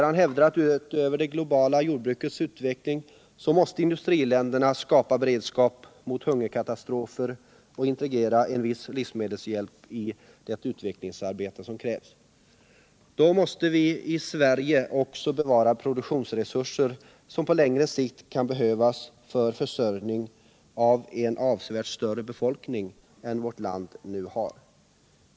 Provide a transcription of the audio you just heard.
Han hävdar där att utöver det globala jordbrukets utveckling måste industriländerna skapa beredskap mot hungerkatastrofer och integrera en viss livsmedelshjälp i det utvecklingsarbete som krävs. Då måste vi i Sverige också bevara produktionsresurser som på längre sikt kan behövas för försörjning av en avsevärt större befolkning än vårt land nu har.